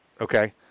okay